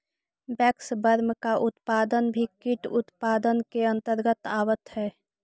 waxworm का उत्पादन भी कीट उत्पादन के अंतर्गत आवत है